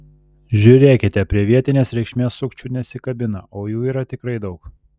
žiūrėkite prie vietinės reikšmės sukčių nesikabina o jų yra tikrai daug